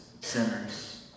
sinners